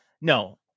No